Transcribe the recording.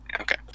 Okay